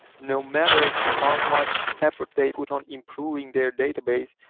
no matter how much effort they put on improving their database,